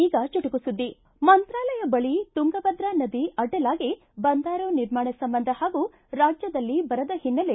ಈಗ ಚುಟುಕು ಸುದ್ಗಿ ಮಂತ್ರಾಲಯ ಬಳಿ ತುಂಗಾಭದ್ರಾ ನದಿ ಅಡ್ಡಲಾಗಿ ಬಂದಾರು ನಿರ್ಮಾಣ ಸಂಬಂಧ ಹಾಗೂ ರಾಜ್ಯದಲ್ಲಿ ಬರದ ಹಿನ್ನೆಲೆ